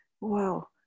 wow